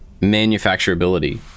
manufacturability